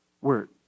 word